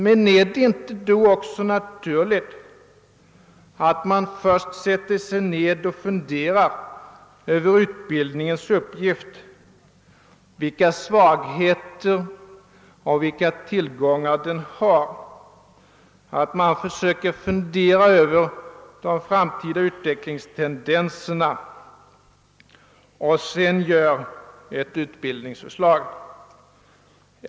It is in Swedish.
Men är det då också inte naturligt att man först sätter sig ned och funderar över utbildningens uppgift, vilka svagheter och vilka tillgångar den nu har, att man funderar över de framtida utvecklingstendenserna och sedan lägger fram ett utbildningsförslag?